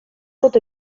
pot